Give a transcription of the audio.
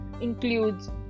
includes